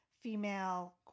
female